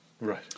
Right